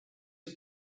are